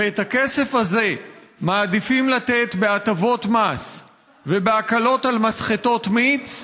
ואת הכסף הזה מעדיפים לתת בהטבות מס ובהקלות על מסחטות מיץ,